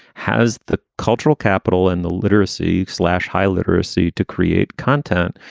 has the cultural capital and the literacy slash high literacy to create content?